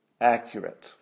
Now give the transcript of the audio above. accurate